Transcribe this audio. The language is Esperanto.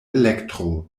elektro